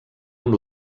amb